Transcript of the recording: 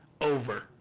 Over